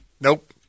Nope